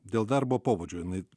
dėl darbo pobūdžio jinai